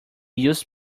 used